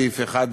סעיף 1(א):